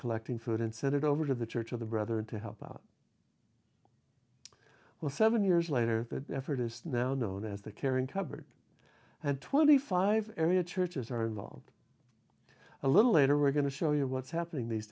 collecting food and sent it over to the church of the brother to help out well seven years later the effort is now known as the caring cupboard and twenty five area churches are involved a little later we're going to show you what's happening these